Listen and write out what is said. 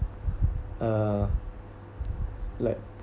uh like